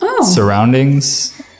surroundings